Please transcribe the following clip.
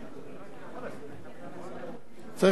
צריך לציין בשבח,